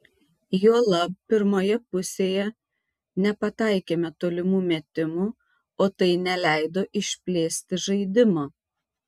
juolab pirmoje pusėje nepataikėme tolimų metimų o tai neleido išplėsti žaidimo